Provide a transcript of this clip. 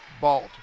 Balt